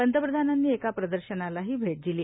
पंतप्रधानांनी एका प्रदर्शनालाही भेट दिली